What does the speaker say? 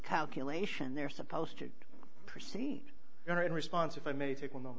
calculation they're supposed to proceed in response if i may take one though